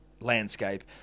landscape